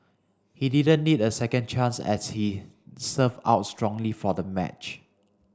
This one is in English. he didn't need a second chance as he served out strongly for the match